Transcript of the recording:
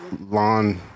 lawn